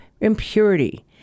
impurity